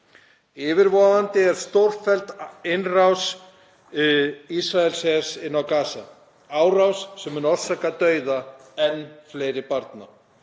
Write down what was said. Yfirvofandi er stórfelld innrás Ísraelshers inn á Gaza, árás sem mun orsaka dauða enn fleiri barna,